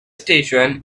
station